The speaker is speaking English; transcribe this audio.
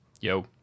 Yo